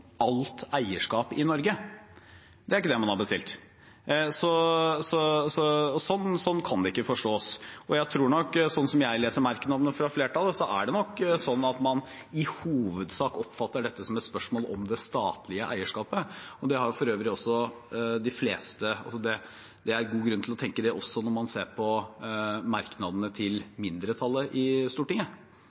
alt eierskap i Norge. Det er ikke det man har bestilt. Sånn kan det ikke forstås. Jeg tror nok, slik jeg leser merknadene fra flertallet, at man i hovedsak oppfatter dette som et spørsmål om det statlige eierskapet. Det er for øvrig god grunn til å tenke det også når man ser på merknadene til mindretallet i Stortinget,